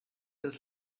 das